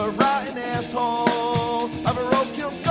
ah rotten asshole of a roadkill